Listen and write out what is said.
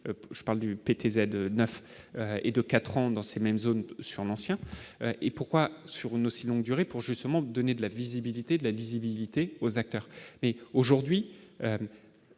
je parle du PTZ 9 et de 4 ans dans ces mêmes zones sur l'ancien et pourquoi sur une aussi longue durée pour justement donner de la visibilité de la visibilité aux acteurs, mais aujourd'hui,